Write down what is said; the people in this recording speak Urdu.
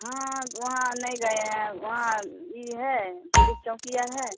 ہاں وہاں نہیں گئے ہیں وہاں جی ہے پولیس چوکی ہے